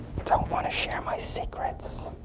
don't want to share my secrets.